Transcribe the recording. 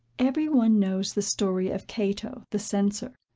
every one knows the story of cato the censor,